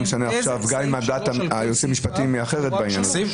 משנה אם דעת היועצים המשפטיים היא אחרת בנושא הזה.